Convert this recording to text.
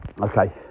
okay